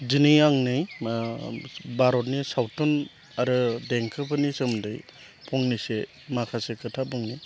दिनै आं नै भारतनि सावथुन आरो देंखोफोरनि सोमोन्दै फंनैसो माखासे खोथा बुंनि